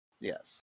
Yes